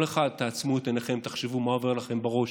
כל אחד, תעצמו את עיניכם, תחשבו מה עובר לכם בראש